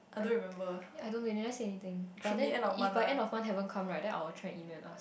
I I don't know they never say anything but then if like end of month haven't come right then I'll try and email and ask